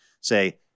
say